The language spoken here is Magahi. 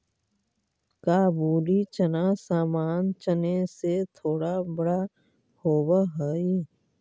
काबुली चना सामान्य चने से थोड़ा बड़ा होवअ हई